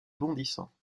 bondissant